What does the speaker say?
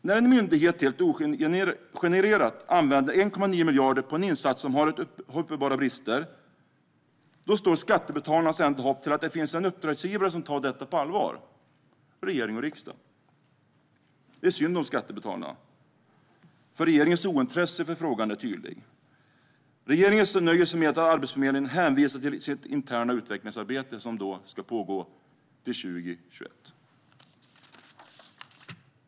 När en myndighet helt ogenerat använder 1,9 miljarder på en insats som har uppenbara brister står skattebetalarnas enda hopp till att det finns en uppdragsgivare som tar detta på allvar - regering och riksdag. Det är synd om skattebetalarna, för regeringens ointresse för frågan är tydligt. Regeringen nöjer sig med att Arbetsförmedlingen hänvisar till sitt interna utvecklingsarbete, som ska pågå till 2021.